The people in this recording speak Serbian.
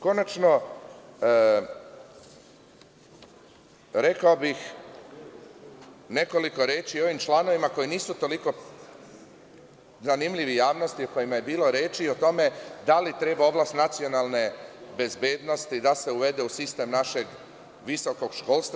Konačno, rekao bih nekoliko reči o ovim članovima koji nisu toliko zanimljivi javnosti, o kojima je bilo reči o tome, da li treba oblast nacionalne bezbednosti da se uvede u sistem našeg visokog školstva.